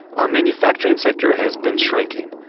our manufacturing sector has been shrinking,